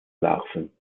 larven